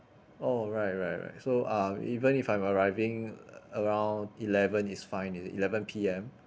oh right right right so um even if I'm arriving around eleven is fine is it eleven P_M